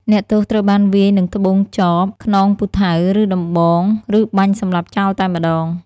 អ្នកទោសត្រូវបានវាយនឹងត្បូងចប ខ្នងពូថៅ ឬដំបង ឬបាញ់សម្លាប់ចោលតែម្តង ។